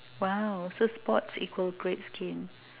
!wow! so sports equals great skin